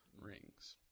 rings